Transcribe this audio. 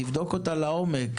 צריך לבדוק אותה לעומק.